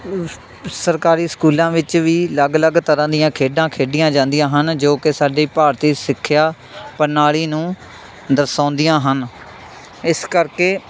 ਸਰਕਾਰੀ ਸਕੂਲਾਂ ਵਿੱਚ ਵੀ ਅਲੱਗ ਅਲੱਗ ਤਰ੍ਹਾਂ ਦੀਆਂ ਖੇਡਾਂ ਖੇਡੀਆਂ ਜਾਂਦੀਆਂ ਹਨ ਜੋ ਕਿ ਸਾਡੀ ਭਾਰਤੀ ਸਿੱਖਿਆ ਪ੍ਰਣਾਲੀ ਨੂੰ ਦਰਸਾਉਂਦੀਆਂ ਹਨ ਇਸ ਕਰਕੇ